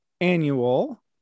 annual